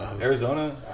Arizona